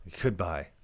goodbye